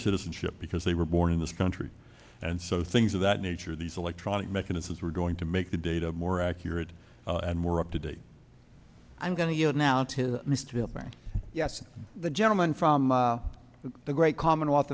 citizenship because they were born in this country and so things of that nature these electronic mechanisms were going to make the data more accurate and more up to date i'm going to go now to ms tippett yes the gentleman from the great commonwealth